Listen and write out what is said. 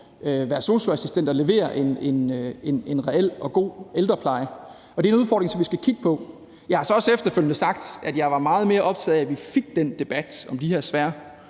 være sosu-assistenter og levere en reel og god ældrepleje. Og det er en udfordring, som vi skal kigge på. Jeg har så også efterfølgende sagt, at jeg var meget mere optaget af, at vi fik den debat om de her svære